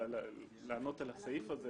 זאת עלות לא מבוטלת.